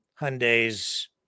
Hyundai's